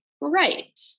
right